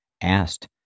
asked